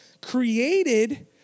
created